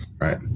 Right